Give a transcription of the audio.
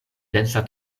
densa